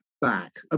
back